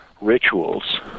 rituals